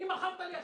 האם מכרת לי אשליה?